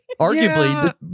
arguably